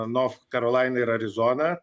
nov karolain ir arizona